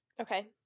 Okay